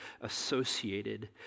associated